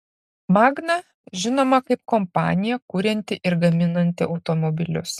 magna žinoma kaip kompanija kurianti ir gaminanti automobilius